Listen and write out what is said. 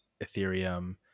Ethereum